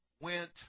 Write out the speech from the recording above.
went